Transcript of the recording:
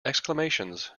exclamations